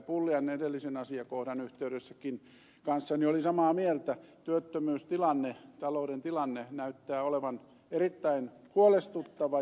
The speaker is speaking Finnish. pulliainen edellisen asiakohdan yhteydessäkin kanssani oli samaa mieltä työttömyystilanne talouden tilanne näyttää olevan erittäin huolestuttava